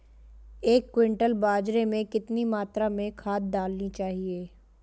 एक क्विंटल बाजरे में कितनी मात्रा में खाद डालनी चाहिए?